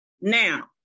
Now